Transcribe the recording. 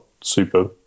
super